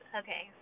okay